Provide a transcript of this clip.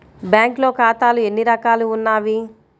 బ్యాంక్లో ఖాతాలు ఎన్ని రకాలు ఉన్నావి?